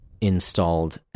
installed